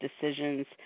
decisions